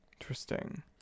Interesting